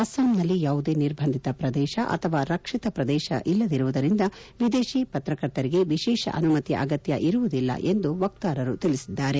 ಅಸ್ಲಾಂನಲ್ಲಿ ಯಾವುದೇ ನಿರ್ಬಂಧಿತ ಪ್ರದೇಶ ಅಥವಾ ರಕ್ಷಿತ ಪ್ರದೇಶದ ಇಲ್ಲದಿರುವುದರಿಂದ ವಿದೇಶಿ ಪ್ರತ್ರಕರ್ತರಿಗೆ ವಿಶೇಷ ಅನುಮತಿಯ ಅಗತ್ಯವಿರುವುದಿಲ್ಲ ಎಂದು ವಕ್ತಾರರು ತಿಳಿಸಿದ್ದಾರೆ